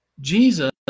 Jesus